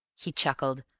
he chuckled,